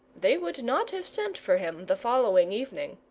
they would not have sent for him the following evening.